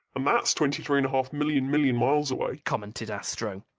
and that's twenty-three and a half million million miles away, commented astro.